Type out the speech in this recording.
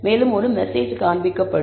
மேலும் ஒரு மெஸேஜ் காண்பிக்கப்படும்